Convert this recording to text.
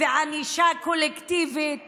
וענישה קולקטיבית